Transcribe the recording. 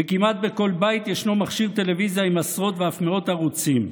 וכמעט בכל בית ישנו מכשיר טלוויזיה עם עשרות ואף מאות ערוצים.